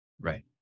right